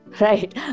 Right